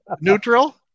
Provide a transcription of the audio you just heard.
neutral